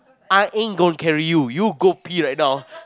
I ain't going carry you you go pee right now